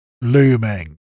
looming